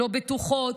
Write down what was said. לא בטוחות,